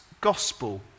gospel